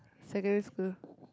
secondary school